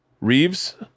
Reeves